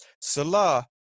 Salah